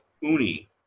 Uni